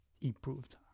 improved